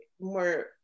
more